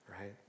right